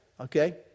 okay